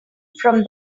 from